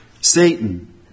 Satan